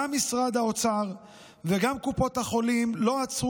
גם משרד האוצר וגם קופות החולים לא רצו